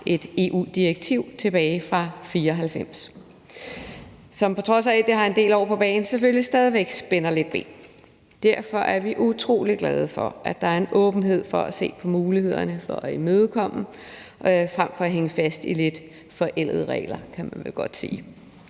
et EU-direktiv tilbage fra 1994, som, på trods af at det har en del år på bagen, selvfølgelig stadig væk spænder lidt ben. Derfor er vi utrolig glade for, at der er en åbenhed for at se på mulighederne for at imødekomme frem for at hænge fast i lidt forældede regler, som man vel godt kan